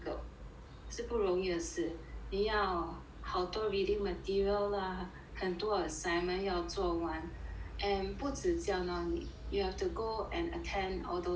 是不容易的事你要好多 reading material lah 很多 assignment 要做完 and 不止这样 lor you have to go and attend all those